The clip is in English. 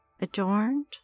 adorned